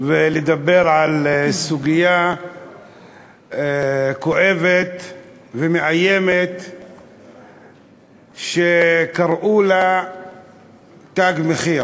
ולדבר על סוגיה כואבת ומאיימת שקראו לה "תג מחיר"